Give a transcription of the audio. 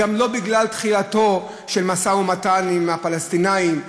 גם לא בגלל דחייתו של משא-ומתן עם הפלסטינים,